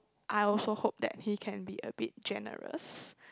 I also hope that he can be a bit generous